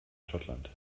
schottland